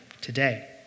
today